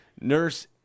Nurse